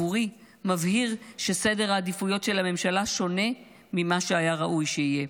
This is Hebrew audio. מבהיר לפחות עבורי שסדר העדיפויות של הממשלה שונה ממה שהיה ראוי שיהיה.